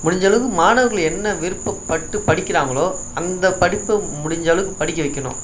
முடிஞ்சளவுக்கு மாணவர்கள் என்ன விருப்பப்பட்டு படிக்கிறாங்களோ அந்த படிப்பு முடிஞ்சளவுக்கு படிக்க வைக்கணும்